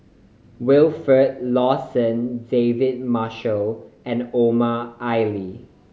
Wilfed Lawson David Marshall and Omar Ali